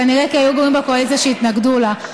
כנראה כי היו גורמים בקואליציה שהתנגדו לה.